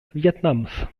vietnams